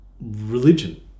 religion